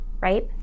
right